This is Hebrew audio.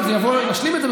וזה יבוא ונשלים את זה,